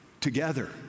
together